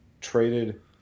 traded